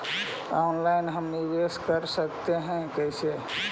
Online हम निवेश कर सकते है, कैसे?